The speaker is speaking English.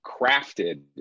crafted